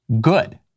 good